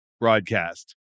broadcast